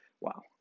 wow